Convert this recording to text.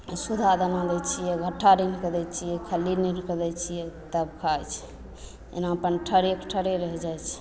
सूधा दाना दै छियै झट्टा रान्हिके दै छियै खल्ली के दै छियै तब खाय छै एना अपन ठारे के ठारे रहि जाइ छै